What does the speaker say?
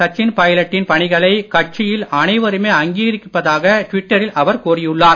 சச்சின் பைலட் டின் பணிகளை கட்சியில் அனைவருமே அங்கீகரிப்பதாக ட்விட்டரில் அவர் கூறியுள்ளார்